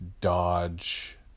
Dodge